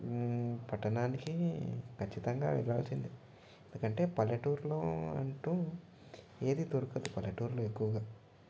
పట్టణానికి ఖచ్చితంగా వెళ్ళాల్సిందే ఎందుకంటే పల్లెటూరులో అంటూ ఏది దొరకదు పల్లెటూర్లో ఎక్కువగా